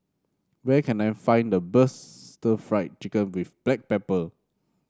where can I find the best Stir Fried Chicken with Black Pepper